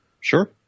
Sure